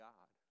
God